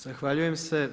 Zahvaljujem se.